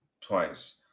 twice